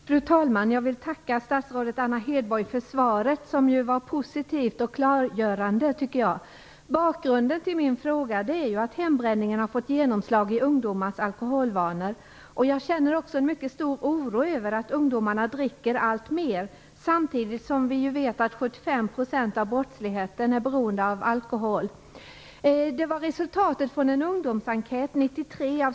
Fru talman! Jag vill tacka statsrådet Anna Hedborg för svaret, som var positivt och klargörande. Bakgrunden till min fråga är att hembränningen har fått genomslag i ungdomars alkoholvanor. Jag känner en mycket stor oro över att ungdomarna dricker allt mer samtidigt som vi vet att 75 % av brottsligheten är beroende av alkohol.